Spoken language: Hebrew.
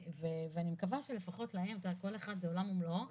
כל אחד זה עולם ומלואו,